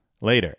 Later